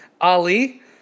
Ali